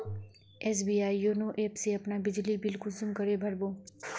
SBI Yono app से अपना बिजली बिल कुंसम करे भर बो?